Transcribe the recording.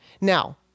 Now